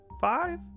Five